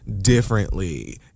differently